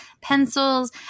pencils